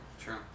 true